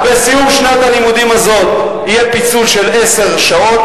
בסיום שנת הלימודים הזאת יהיה פיצול של עשר שעות,